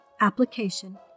application